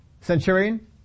Centurion